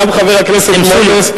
גם חבר הכנסת מוזס.